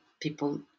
people